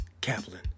Kaplan